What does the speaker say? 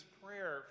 prayer